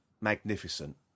magnificent